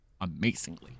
amazingly